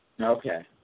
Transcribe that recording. Okay